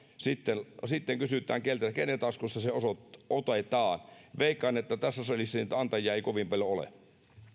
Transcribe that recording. sitten sitten kysytään kenen taskusta se otetaan veikkaan että tässä salissa niitä antajia ei kovin paljoa ole